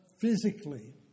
physically